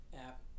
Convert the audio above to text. app